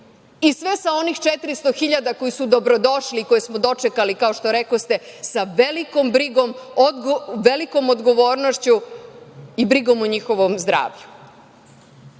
i sve sa onih 400.000 koji su dobrodošli, koje smo dočekali kao što rekoste sa velikom brigom, velikom odgovornošću i brigom o njihovom zdravlju.